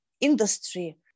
industry